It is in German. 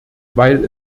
weil